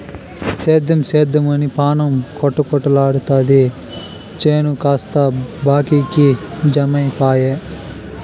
సేద్దెం సేద్దెమని పాణం కొటకలాడతాది చేను కాస్త బాకీకి జమైపాయె